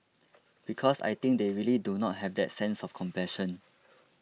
because I think they really do not have that sense of compassion